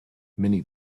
many